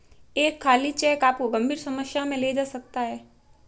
एक खाली चेक आपको गंभीर समस्या में ले जा सकता है